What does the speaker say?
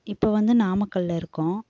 இப்போ வந்து நாமக்கலில் இருக்கோம்